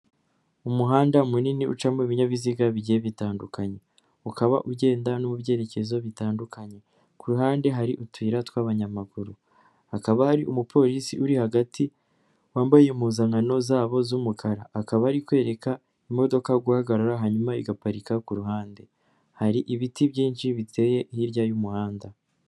Umuhanda munini ucamo ibinyabiziga bigiye bitandukanye, ukaba ugenda no mu byerekezo bitandukanye, ku ruhande hari utuyira tw'abanyamaguru, hakaba hari umupolisi uri hagati wambaye impuzankano zabo z'umukara, akaba ari kwereka imodoka guhagarara hanyuma igaparika ku ruhande, hari ibiti byinshi biteye hirya y'umuhanda.